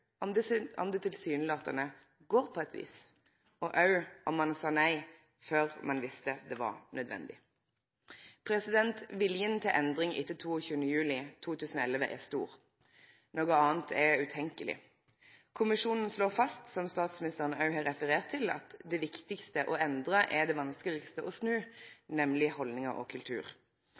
går på eit vis, òg om ein sa nei før ein visste det var nødvendig. Viljen til endring etter 22. juli 2011 er stor – noko anna er utenkjeleg. Kommisjonen slår fast – som statsministeren òg har referert til – at det viktigaste å endre er det vanskelegaste å snu, nemleg haldningar og kultur.